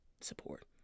support